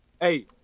Hey